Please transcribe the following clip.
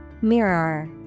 Mirror